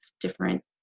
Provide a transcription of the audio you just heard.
different